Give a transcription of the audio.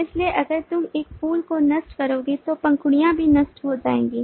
इसलिए अगर तुम एक फूल को नष्ट करोगे तो पंखुड़ियां भी नष्ट हो जाएंगी